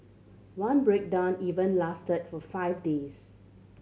one breakdown even lasted for five days